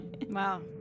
Wow